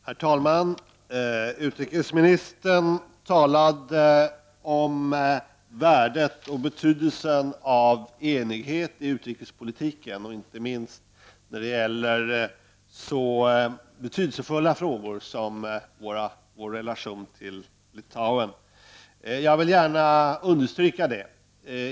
Herr talman! Utrikesministern talade om värdet och betydelsen av enighet i utrikespolitiken, inte minst när det gäller så betydelsefulla frågor som vår relation till Litauen. Det vill jag gärna understryka.